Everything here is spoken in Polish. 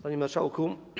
Panie Marszałku!